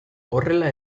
horrela